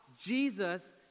Jesus